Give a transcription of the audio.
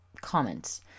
comments